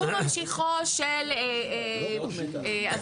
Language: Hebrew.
הוא ממשיכו של אביגדור,